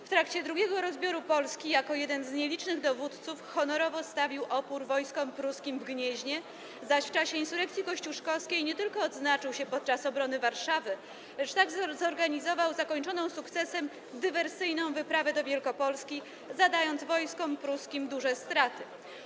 W trakcie drugiego rozbioru Polski jako jeden z nielicznych dowódców honorowo stawił opór wojskom pruskim w Gnieźnie, zaś w czasie Insurekcji Kościuszkowskiej nie tylko odznaczył się podczas obrony Warszawy, lecz także zorganizował zakończoną sukcesem dywersyjną wyprawę do Wielkopolski, zadając wojskom pruskim duże straty.